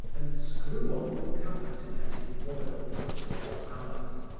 and screw on the cover to let it boil for four hours.